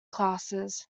classes